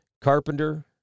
Carpenter